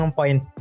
point